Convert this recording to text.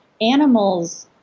animals